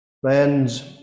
friends